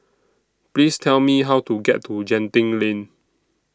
Please Tell Me How to get to Genting Lane